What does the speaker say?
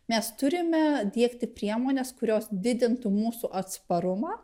mes turime diegti priemones kurios didintų mūsų atsparumą